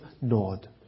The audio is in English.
Nod